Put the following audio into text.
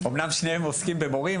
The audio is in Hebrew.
אמנם שניהם עוסקים במורים,